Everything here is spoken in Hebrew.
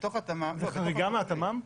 חריגה מהתמ"מ?